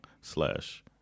slash